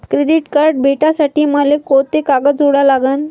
Credit card भेटासाठी मले कोंते कागद जोडा लागन?